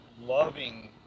loving